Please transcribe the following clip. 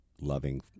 loving